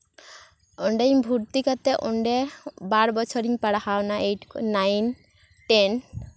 ᱚᱸᱰᱮᱧ ᱵᱷᱩᱨᱛᱤ ᱠᱟᱛᱮᱫ ᱚᱸᱰᱮ ᱵᱟᱨ ᱵᱚᱪᱷᱚᱨᱤᱧ ᱯᱟᱲᱦᱟᱣᱱᱟ ᱮᱭᱤᱴ ᱠᱷᱚᱡ ᱱᱟᱭᱤᱱ ᱴᱮᱱ